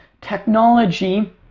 technology